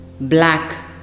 black